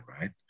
right